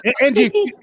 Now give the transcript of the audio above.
Angie